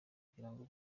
kugirango